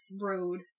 road